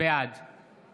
בעד